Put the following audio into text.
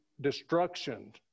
destruction